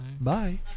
Bye